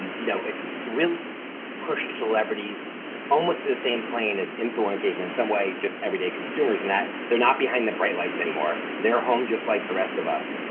and you know it's really pushed celebrities almost to the same plane as influencers and in some way, just everyday consumers and that they're not behind the bright lights anymore. they're home just like the rest of us.